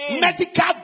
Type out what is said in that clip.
medical